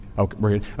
Okay